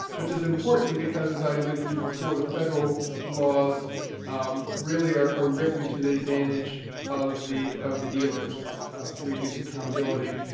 which is important, because as i alluded to before, the federal laws really are ah written to the advantage of the of the dealers to reduce accountability.